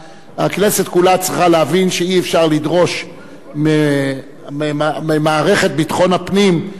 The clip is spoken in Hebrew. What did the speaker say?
הכנסת כולה צריכה להבין שאי-אפשר לדרוש ממערכת ביטחון הפנים לשמור